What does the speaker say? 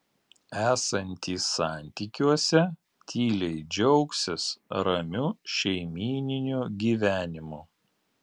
esantys santykiuose tyliai džiaugsis ramiu šeimyniniu gyvenimu